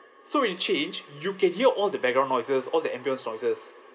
so when it change you can hear all the background noises all the ambience noises